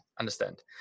understand